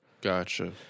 Gotcha